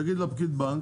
הוא יגיד לפקיד בנק,